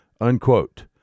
unquote